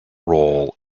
role